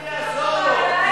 אני אעזור לו.